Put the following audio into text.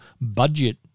budget